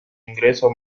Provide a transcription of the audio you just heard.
ingreso